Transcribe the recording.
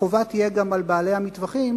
החובה תהיה גם על בעלי המטווחים,